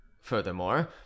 Furthermore